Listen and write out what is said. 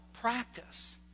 practice